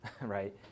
right